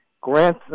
Grant